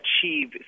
achieve